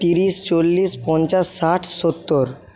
তিরিশ চল্লিশ পঞ্চাশ ষাট সত্তর